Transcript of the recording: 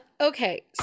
okay